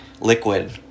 liquid